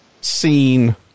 seen